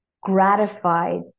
gratified